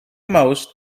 most